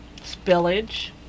spillage